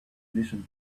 listen